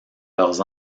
leurs